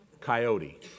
Coyote